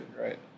right